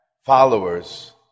followers